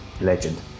Legend